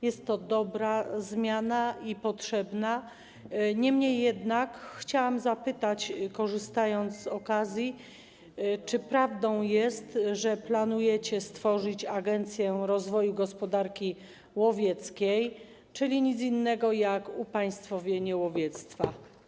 Jest to dobra zmiana i potrzebna, niemniej jednak chciałam zapytać, korzystając z okazji, czy prawdą jest to, że planujecie stworzyć Agencję Rozwoju Gospodarki Łowieckiej, czyli chodzi o nic innego jak upaństwowienie łowiectwa.